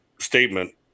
statement